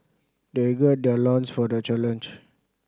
they gird their loins for the challenge